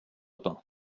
pin